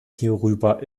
hierüber